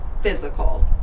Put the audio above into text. physical